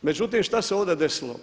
Međutim, šta se ovdje desilo?